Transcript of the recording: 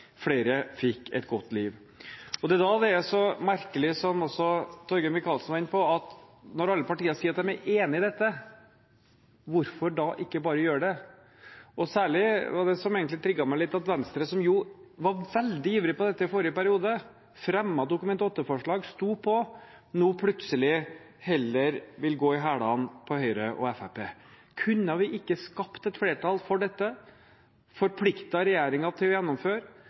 flere fikk et godt liv. Det er da det er så merkelig, som også Torgeir Micaelsen var inne på, når alle partiene sier at de er enig i dette, hvorfor de da ikke bare gjør det. Det som særlig trigget meg litt, var at Venstre, som var veldig ivrig på dette i forrige periode, som fremmet Dokument 8-forslag og sto på, nå plutselig heller vil gå i hælene på Høyre og Fremskrittspartiet. Kunne vi ikke skapt et flertall for dette, forpliktet regjeringen til å gjennomføre,